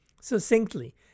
succinctly